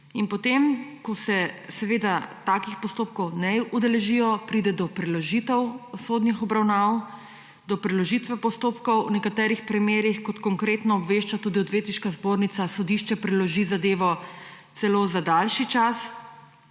In potem, ko se seveda takih postopkov ne udeležijo, pride do preložitev sodnih obravnav, do preložitve postopkov, v nekaterih primerih, kot konkretno obvešča tudi Odvetniška zbornica, sodišče preloži zadevo celo za daljši čas,